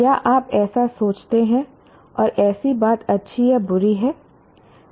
क्या आप ऐसा सोचते हैं और ऐसी बात अच्छी या बुरी है